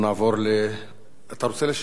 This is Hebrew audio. אתה רוצה להשיב, כבוד השר?